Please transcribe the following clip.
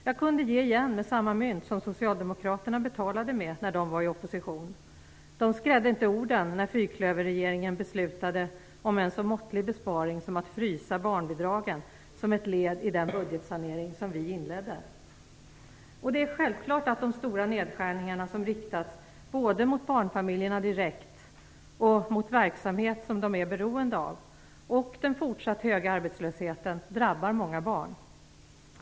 Jag kunde ge igen med samma mynt som socialdemokraterna betalade med när de var i opposition. De skrädde inte orden när fyrklöverregeringen beslutade om en så måttlig besparing som att frysa barnbidragen som ett led i den budgetsanering som vi inledde. Det är självklart att de stora nedskärningar som riktats både mot barnfamiljerna direkt och mot verksamhet som de är beroende av och den fortsatt höga arbetslösheten drabbar många barn.